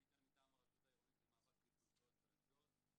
אני כאן מטעם הרשות העירונית למאבק בהתמכרויות באשדוד.